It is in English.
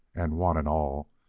and one and all,